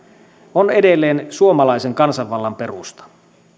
on edelleen suomalaisen kansanvallan perusta